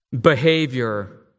behavior